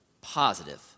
positive